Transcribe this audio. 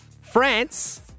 France